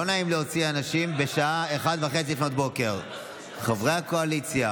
לא נעים להוציא אנשים בשעה 01:30. חברי הקואליציה,